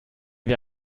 wir